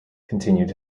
continued